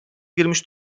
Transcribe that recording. girmiş